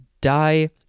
Die